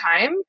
time